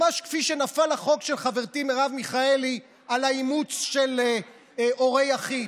ממש כפי שנפל החוק של חברתי מרב מיכאלי על האימוץ של הורה יחיד,